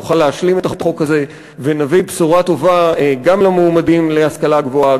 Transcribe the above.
נוכל להשלים את החוק הזה ונביא בשורה טובה גם למועמדים להשכלה גבוהה,